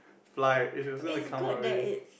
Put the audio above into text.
fly it was gonna come out already